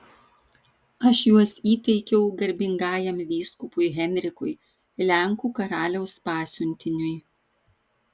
aš juos įteikiau garbingajam vyskupui henrikui lenkų karaliaus pasiuntiniui